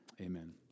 amen